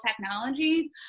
technologies